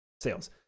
sales